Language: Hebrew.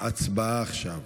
הצבעה עכשיו.